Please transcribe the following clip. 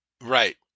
Right